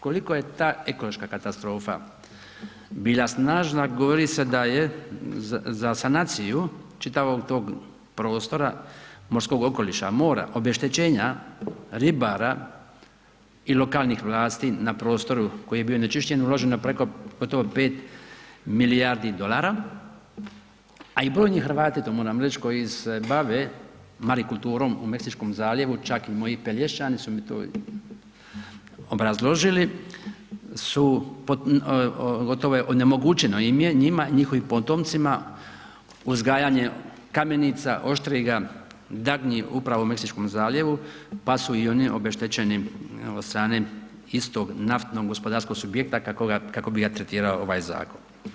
Koliko je ta ekološka katastrofa bila snažna govori se da je za sanaciju čitavog tog prostora morskog okoliša, mora, obeštećenja ribara i lokalnih vlasti na prostoru koji je bio onečišćen uloženo preko gotovo 5 milijardi dolara, a i brojni Hrvati to moram reći koji se bave marikulturom u Meksičkom zaljevu čak i moji Pelješani su mi to obrazloženi su gotovo onemogućeno je njima, njihovim potomcima uzgajanje kamenica, oštriga, dagnji upravo u Meksičkom zaljevu pa su i oni obeštećeni od strane istog naftnog gospodarskog subjekta kako bi ga tretirao ovaj zakon.